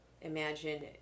imagine